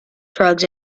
drugs